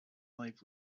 life